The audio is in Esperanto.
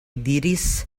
diris